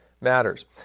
matters